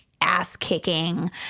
ass-kicking